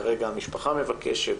כרגע המשפחה מבקשת